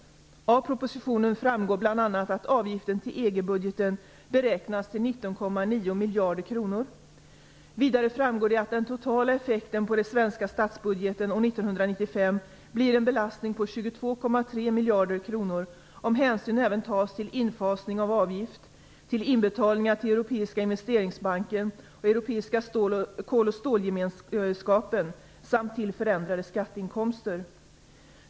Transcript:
Av propositionen framgår bl.a. att avgiften till EG-budgeten beräknas till 19,9 miljarder kronor. Vidare framgår det att den totala effekten på den svenska statsbudgeten år 1995 blir en belastning om 22,3 miljarder kronor, om hänsyn även tas till infasningen av avgiften, till inbetalningar till Europeiska investeringsbanken och Europeiska kol och stålgemenskapen samt till förändrade skatteinkomster.